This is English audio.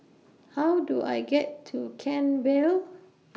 How Do I get to Kent Vale